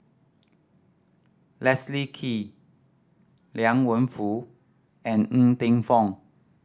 Leslie Kee Liang Wenfu and Ng Teng Fong